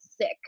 sick